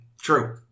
True